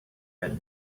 had